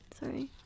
sorry